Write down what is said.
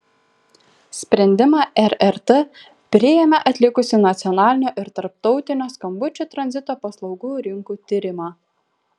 sprendimą rrt priėmė atlikusi nacionalinio ir tarptautinio skambučių tranzito paslaugų rinkų tyrimą